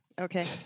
Okay